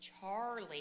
Charlie